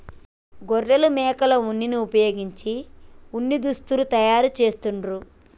గొర్రెలు మేకల ఉన్నిని వుపయోగించి ఉన్ని దుస్తులు తయారు చేస్తాండ్లు